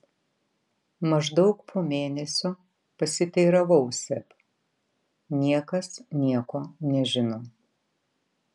maždaug po mėnesio pasiteiravau seb niekas nieko nežino